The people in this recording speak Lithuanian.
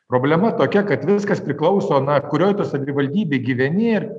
problema tokia kad viskas priklauso na kurioj tu savivaldybėj gyveni ir